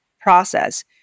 process